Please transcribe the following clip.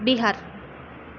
Bihar